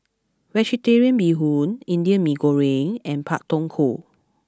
Vegetarian Bee Hoon Indian Mee Goreng and Pak Thong Ko